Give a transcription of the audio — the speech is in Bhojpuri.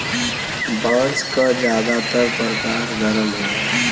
बांस क जादातर परकार गर्म होला